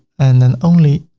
and then only